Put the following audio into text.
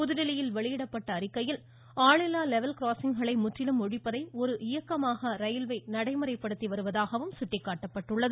புதுதில்லியில் வெளியிடப்ட்ட அறிக்கையில் ஆளில்லா லெவல் கிராசிங்குகளை முற்றிலும் ஒழிப்பதை ஒரு இயக்கமாக ரயில்வே நடைமுறைப்படுத்தி வருவதாக அமைச்சம் சுட்டிக்காட்டியுள்ளது